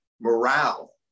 morale